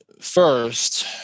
first